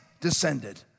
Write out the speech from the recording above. descended